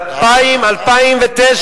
ב-2009,